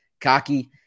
COCKY